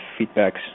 feedbacks